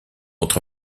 entre